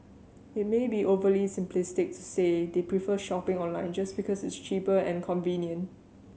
it may be overly simplistic to say they prefer shopping online just because it's cheaper and convenient